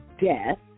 Death